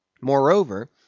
Moreover